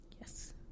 Yes